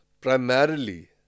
primarily